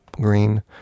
green